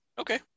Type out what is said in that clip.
okay